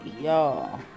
y'all